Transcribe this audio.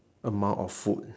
amount of food